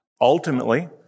Ultimately